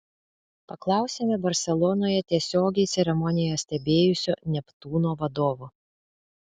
paklausėme barselonoje tiesiogiai ceremoniją stebėjusio neptūno vadovo